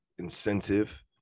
incentive